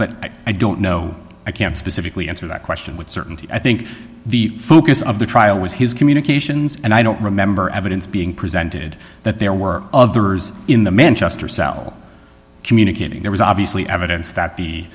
but i don't know i can't specifically answer that question with certainty i think the focus of the trial was his communications and i don't remember evidence being presented that there were others in the manchester cell communicating there was obviously evidence that